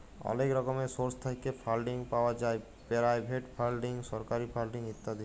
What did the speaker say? অলেক রকমের সোর্স থ্যাইকে ফাল্ডিং পাউয়া যায় পেরাইভেট ফাল্ডিং, সরকারি ফাল্ডিং ইত্যাদি